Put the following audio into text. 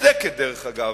מוצדקת דרך אגב.